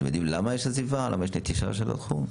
אתם יודעים למה יש עזיבה, למה יש נטישה של התחום?